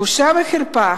בושה וחרפה,